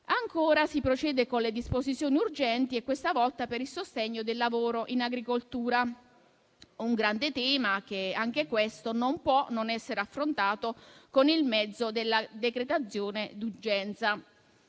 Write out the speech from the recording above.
Ancora, si procede con le disposizioni urgenti e questa volta per il sostegno del lavoro in agricoltura. È un altro grande tema che non può non essere affrontato con il mezzo della decretazione d'urgenza.